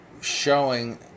showing